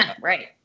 Right